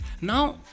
Now